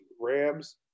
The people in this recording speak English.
Rams